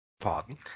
Pardon